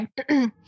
Okay